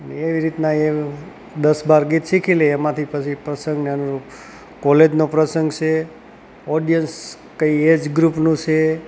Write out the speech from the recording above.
એવી રીતના એ દસ બાર ગીત શીખી લઇએ એમાંથી પછી પ્રસંગને અનુરૂપ કોલેજનો પ્રસંગ છે ઓડિયન્સ કઈ એજ ગ્રુપનું છે